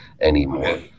anymore